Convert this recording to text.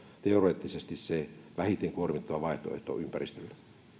teoreettisesti se vähiten kuormittava vaihtoehto ympäristölle